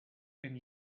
and